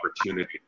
opportunity